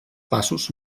passos